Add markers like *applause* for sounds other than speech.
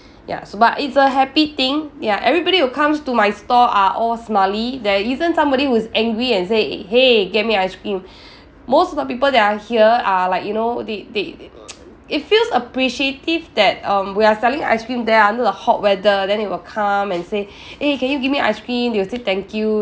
ya so but it's a happy thing ya everybody who comes to my store are all smiley there isn't somebody who's angry and say !hey! get me a ice cream most of the people that are here are like you know they they *noise* it feels appreciative that um we're selling ice cream there under the hot weather then they will come and say eh can you give me ice cream they will say thank you